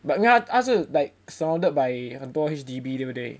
but 因为他是 like surrounded by 很多 H_D_B 对不对